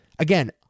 Again